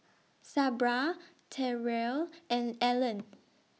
Sabra Terrell and Ellen